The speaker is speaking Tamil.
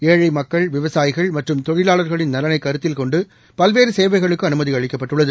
ழைமக்கள் விவசாயிகள்மற்றும்தொழிலாளர்களின்நலனைக்கருத்தில்கொண்டுபல்வேறுசே வைகளுக்குஅனுமதிஅளிக்கப்பட்டுள்ளது